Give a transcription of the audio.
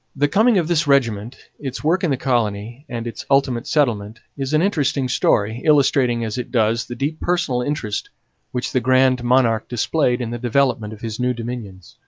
the coming of this regiment, its work in the colony, and its ultimate settlement, is an interesting story, illustrating as it does the deep personal interest which the grand monarque displayed in the development of his new dominions.